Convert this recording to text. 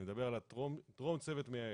אני מדבר על טרום צוות מייעץ,